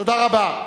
תודה רבה.